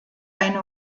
eine